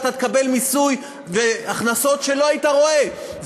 ואתה תקבל מיסוי והכנסות שלא היית רואה.